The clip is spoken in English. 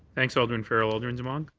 thanks alderman farrell. alderman demong.